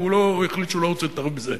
והוא החליט שהוא לא רוצה להתערב בזה: